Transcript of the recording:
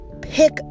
pick